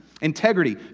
Integrity